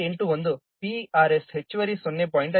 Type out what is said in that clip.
81 PERS ಹೆಚ್ಚುವರಿ 0